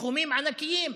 סכומים ענקיים,